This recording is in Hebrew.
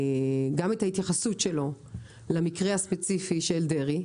גם את ההתייחסות שלו למקרה הספציפי של דרעי,